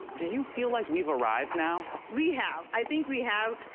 do you feel like we've arrived now? we have. i think we have.